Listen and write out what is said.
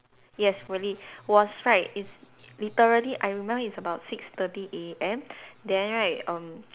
yes really was right it's literally I remember it's about six thirty A_M then right um